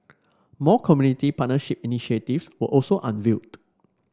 more community partnership initiative were also unveiled